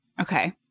Okay